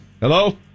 Hello